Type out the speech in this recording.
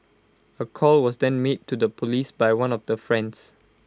A call was then made to the Police by one of the friends